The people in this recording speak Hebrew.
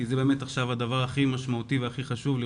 זה באמת עכשיו הדבר המשמעותי והחשוב ביותר,